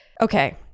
Okay